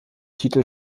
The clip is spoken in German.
titel